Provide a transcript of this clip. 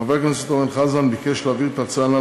חבר הכנסת אורן חזן ביקש להעביר את ההצעה הנ"ל